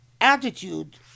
attitude